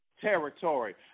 territory